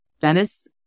venice